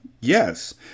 Yes